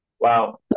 Wow